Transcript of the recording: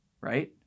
Right